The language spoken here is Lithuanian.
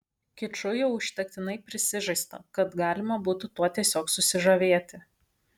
kiču jau užtektinai prisižaista kad galima būtų tuo tiesiog susižavėti